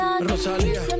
rosalía